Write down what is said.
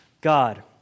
God